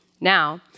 Now